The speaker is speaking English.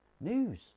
news